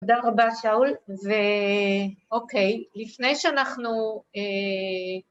תודה רבה שאול ואוקיי לפני שאנחנו